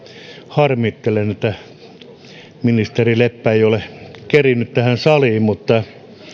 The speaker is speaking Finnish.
harmittelen että ministeri leppä ei ole kerinnyt tähän saliin mutta